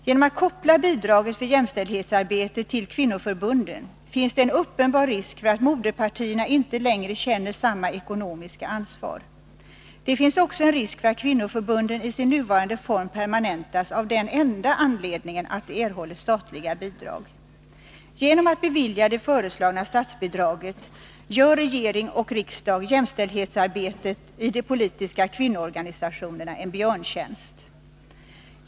Genom att man kopplar bidraget för jämställdhetsarbete till kvinnoförbunden finns det en uppenbar risk för att moderpartierna inte längre känner samma ekonomiska ansvar. Det finns också en risk för att kvinnoförbunden i sin nuvarande form permanentas av den enda anledningen att de erhåller statliga bidrag. Genom att bevilja det föreslagna statsbidraget gör regering och riksdag jämställdhetsarbetet och de politiska kvinnoorganisationerna en björntjänst.